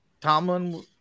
Tomlin